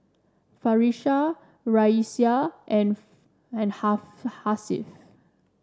Farish Raisya and and Hasif